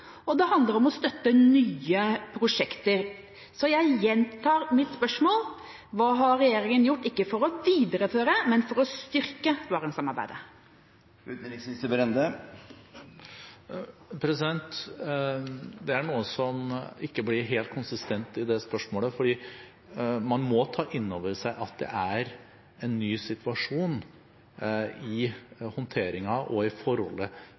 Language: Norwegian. og det handler om å støtte nye prosjekter. Så jeg gjentar mitt spørsmål: Hva har regjeringa gjort – ikke for å videreføre, men for å styrke Barentssamarbeidet? Det er noe som ikke blir helt konsistent i det spørsmålet, for man må ta inn over seg at det er en ny situasjon i håndteringen av og i forholdet